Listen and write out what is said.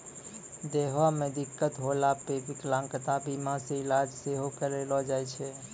देहो मे दिक्कत होला पे विकलांगता बीमा से इलाज सेहो करैलो जाय छै